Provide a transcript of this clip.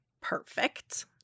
Perfect